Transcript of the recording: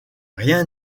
rien